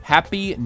Happy